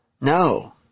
No